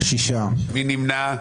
מי נמנע?